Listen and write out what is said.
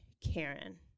Karen